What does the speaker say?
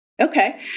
Okay